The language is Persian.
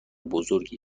بزرگی